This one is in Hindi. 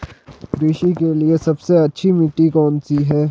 कृषि के लिए सबसे अच्छी मिट्टी कौन सी है?